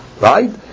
Right